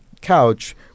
couch